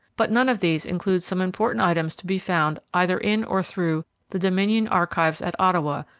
but none of these includes some important items to be found either in or through the dominion archives at ottawa,